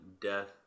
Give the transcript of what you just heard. death